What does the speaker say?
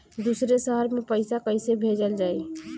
दूसरे शहर में पइसा कईसे भेजल जयी?